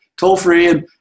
toll-free